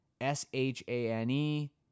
S-H-A-N-E